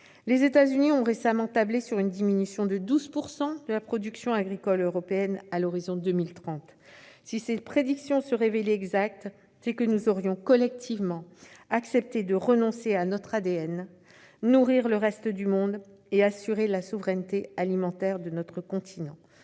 Les États-Unis ont récemment tablé sur une diminution de 12 % de la production agricole européenne à l'horizon 2030. Si ces prédictions se révélaient exactes, c'est que nous aurions collectivement accepté de renoncer à notre ADN : nourrir le reste du monde et assurer la souveraineté alimentaire de notre continent.